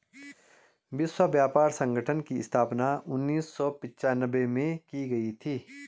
विश्व व्यापार संगठन की स्थापना उन्नीस सौ पिच्यानवे में की गई थी